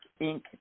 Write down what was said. Inc